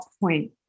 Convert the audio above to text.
point